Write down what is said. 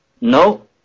No